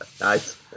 Nice